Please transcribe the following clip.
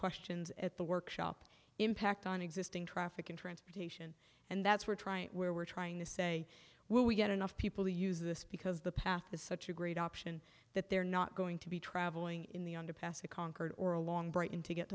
questions at the workshop impact on existing traffic and transportation and that's we're trying where we're trying to say will we get enough people to use this because the path is such a great option that they're not going to be traveling in the underpass and concord or along brighton to get